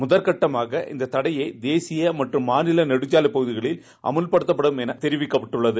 முதற்கட்டமாக இந்த தடைபை தேசிய மற்றும் மாநில நெடுஞ்சாவைப் பகுதிகளில் ஆமல்படுத்தப்படும் என அறிவிக்கப்பட்டுள்ளது